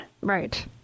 Right